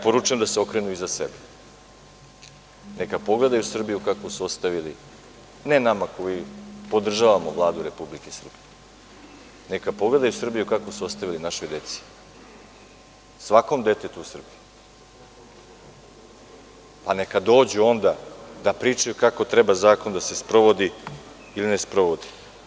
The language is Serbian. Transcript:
Poručujem im da se okrenu iza sebe, neka pogledaju Srbiju kakvu su ostavili ne nama koji podržavamo Vladu Republike Srbije, neka pogledaju Srbiju kakvu su ostavili našoj deci, svakom detetu u Srbiji, pa neka dođu onda da pričaju kako treba zakon da se sprovodi ili ne sprovodi.